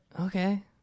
Okay